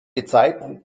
gezeiten